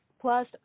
plus